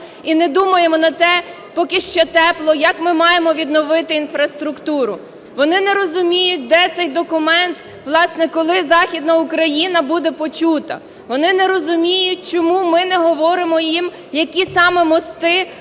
і не думаємо на те, поки ще тепло, як ми маємо відновити інфраструктуру. Вони не розуміють, де цей документ, власне, коли Західна Україна буде почута. Вони не розуміють, чому ми не говоримо їм, які саме мости